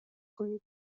کنید